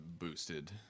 boosted